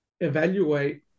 evaluate